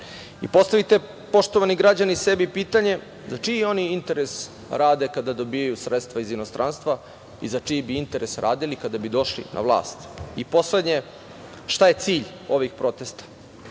radi. Postavite, poštovani građani, sebi pitanje za čiji interes oni rade kada dobijaju sredstva iz inostranstva i za čiji bi interes radili kada bi došli na vlast, i poslednje, šta je cilj ovih protesta?